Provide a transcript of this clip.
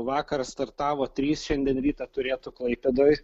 vakar startavo trys šiandien rytą turėtų klaipėdoj